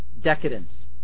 decadence